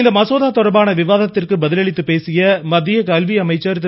இந்த மசோதா தொடர்பான விவாதத்திற்கு பதில் அளித்து பேசிய மத்திய கல்வி அமைச்சர் திரு